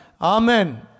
Amen